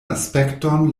aspekton